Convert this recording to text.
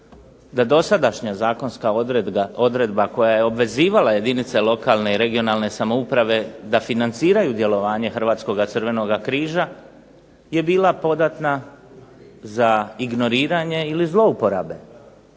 da dosadašnja zakonska odredba koja je obvezivala jedinice lokalne i regionalne samouprave da financiraju djelovanje Hrvatskoga crvenoga križa je bila podatna za ignoriranje ili za zlouporabe